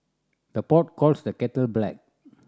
the pot calls the kettle black